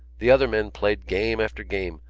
the other men played game after game,